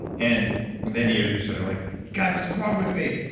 and then you're you're sort of like, god, what's wrong with me?